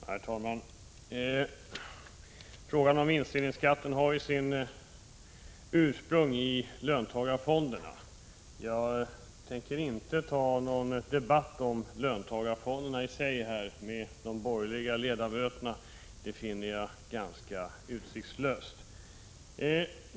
Herr talman! Frågan om vinstdelningsskatten har ju sitt ursprung i löntagarfonderna. Jag tänker inte här ta någon debatt om löntagarfonderna med de borgerliga ledamöterna; det finner jag ganska utsiktslöst.